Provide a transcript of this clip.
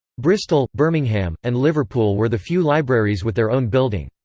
bristol, birmingham, and liverpool were the few libraries with their own building.